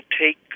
take